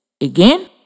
Again